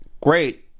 Great